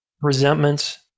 Resentments